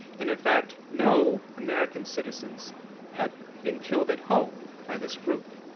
in in fact, no american citizens had been killed at home by this group.